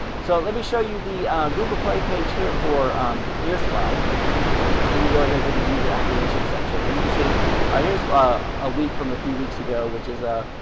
so let me show you the google play page here for ear spy and you go here to the user acquisition section and you could see here's ah a week from a few weeks ago which is